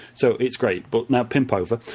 so it's great. but now, pimp over.